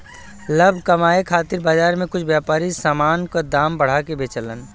लाभ कमाये खातिर बाजार में कुछ व्यापारी समान क दाम बढ़ा के बेचलन